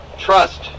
Trust